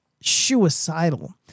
suicidal